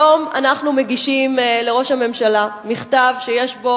היום אנחנו מגישים לראש הממשלה מכתב שיש בו